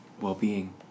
well-being